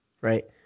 Right